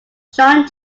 shawn